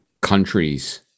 countries